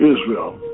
Israel